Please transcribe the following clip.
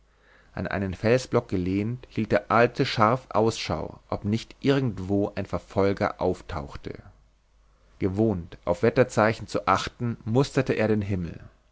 an einen felsblock gelehnt hielt der alte scharf ausschau ob nicht irgendwo ein verfolger auftauchte gewohnt auf wettervorzeichen zu achten musterte er den himmel